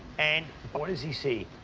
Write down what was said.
and but what does he see?